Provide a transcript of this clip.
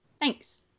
Thanks